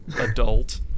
adult